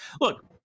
look